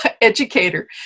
educator